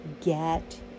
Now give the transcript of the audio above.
get